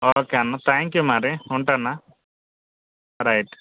okay అన్న thank you మరి ఉంటాను అన్న రైట్